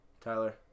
Tyler